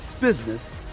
business